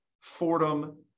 Fordham